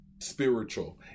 spiritual